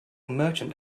merchant